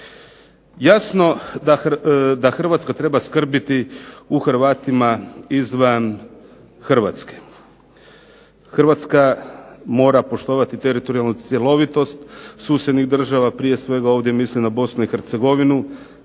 Jasno da Hrvatska treba skrbiti o Hrvatima izvan Hrvatske. Hrvatska mora poštovati teritorijalnu cjelovitost susjednih država, prije svega ovdje mislim na Bosnu i Hercegovinu.